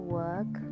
work